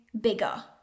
bigger